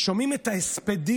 שומעים את ההספדים